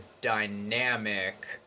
dynamic